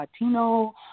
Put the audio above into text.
Latino